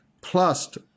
plus